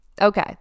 Okay